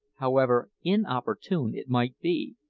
however inopportune it might be,